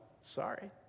Sorry